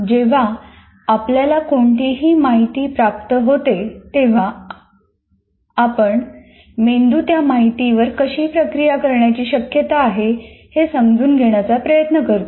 जेव्हा आपल्याला कोणतीही माहिती प्राप्त होते तेव्हा आपण मेंदू त्या माहितीवर कशी प्रक्रिया करण्याची शक्यता आहे हे समजून घेण्याचा प्रयत्न करतो